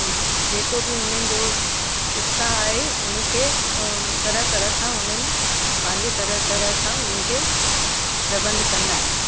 जेको बि उन्हनि जो उत्साह आहे उन खे तरह तरह सां उन्हनि पंहिंजे तरह तरह सां उन खे प्रबंध कंदा आहिनि